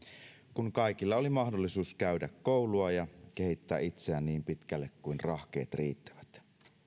kun kaikilla oli mahdollisuus käydä koulua ja kehittää itseään niin pitkälle kuin rahkeet riittävät